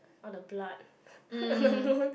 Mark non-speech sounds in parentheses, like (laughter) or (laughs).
all the blood (laughs) moon